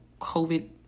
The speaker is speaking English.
COVID